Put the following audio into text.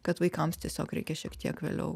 kad vaikams tiesiog reikia šiek tiek vėliau